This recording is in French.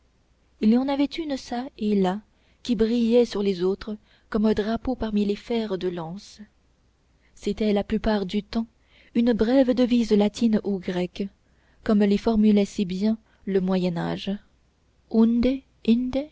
il y en avait une çà et là qui brillait sur les autres comme un drapeau parmi les fers de lance c'était la plupart du temps une brève devise latine ou grecque comme les formulait si bien le